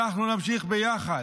אנחנו נמשיך ביחד,